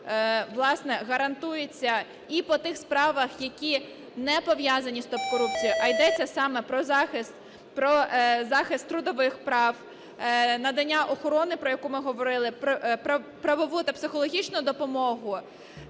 власне, гарантується і по тих справах, які не пов'язані із топ-корупцією, а йде саме про захист, про захист трудових прав, надання охорони, про яку ми говорили, про правову та психологічну допомогу.